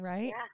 Right